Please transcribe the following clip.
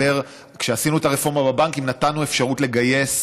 כשעשינו את הרפורמה בבנקים נתנו אפשרות לגייס